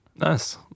Nice